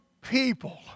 people